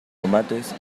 tomates